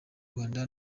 rwanda